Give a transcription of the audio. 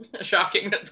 Shocking